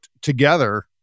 together